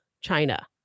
China